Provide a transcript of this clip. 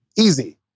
easy